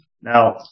Now